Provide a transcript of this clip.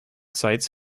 sites